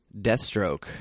Deathstroke